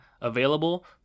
available